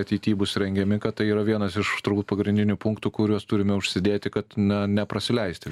ateity bus rengiami kad tai yra vienas iš turbūt pagrindinių punktų kuriuos turime užsidėti kad na neprasileisti